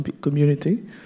community